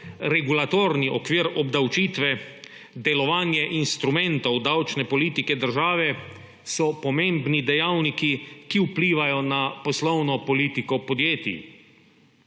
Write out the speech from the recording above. regulatorni okvir obdavčitve, delovanje instrumentov davčne politike države so pomembni dejavniki, ki vplivajo na poslovno politiko podjetij.